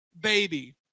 baby